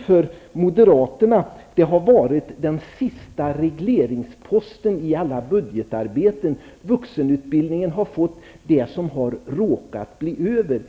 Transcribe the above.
för moderaterna har vuxenutbildningen varit den sista regleringsposten i allt budgetarbete. Vuxenutbildningen har fått det som råkat bli över.